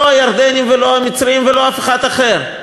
לא הירדנים ולא המצרים ולא אף אחד אחר.